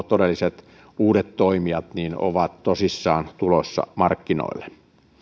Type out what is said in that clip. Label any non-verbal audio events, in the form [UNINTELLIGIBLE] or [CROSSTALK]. [UNINTELLIGIBLE] todelliset uudet toimijat ovat tosissaan tulossa markkinoille